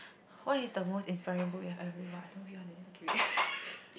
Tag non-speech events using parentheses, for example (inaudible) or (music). what is the most inspiring book you have ever read !wah! I don't read one leh okay wait (laughs)